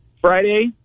Friday